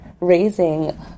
raising